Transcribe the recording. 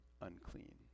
unclean